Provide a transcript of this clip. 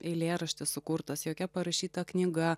eilėraštis sukurtas jokia parašyta knyga